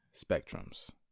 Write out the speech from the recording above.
spectrums